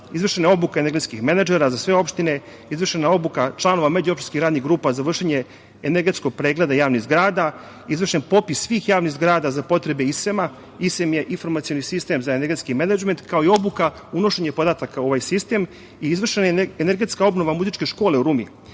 izvršene obuke energetskih menadžera za sve opštine, izvršena je obuka članova međuopštinskih radnih grupa za vršenje energetskog pregleda javnih zgrada, izvršen popis svih javnih zgrada za potrebe ISEM. Informacioni sistem za energetski menadžment ili ISEM, kao i obuka, unošenje podataka u ovaj sistem i izvršena je energetska obnova muzičke škole u Rumi,